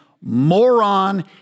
moron